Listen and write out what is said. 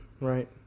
Right